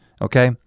okay